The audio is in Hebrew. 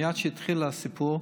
מייד כשהתחיל הסיפור,